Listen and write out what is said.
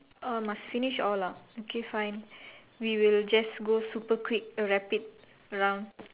uh must finish all ah okay fine we will just go super quick rapid round